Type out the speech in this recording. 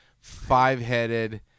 five-headed